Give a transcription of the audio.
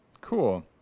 Cool